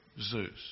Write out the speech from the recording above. Zeus